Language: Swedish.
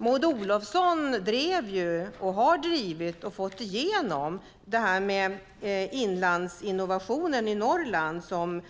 Maud Olofsson har drivit, och fått igenom, Inlandsinnovation i Norrland, som